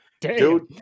Dude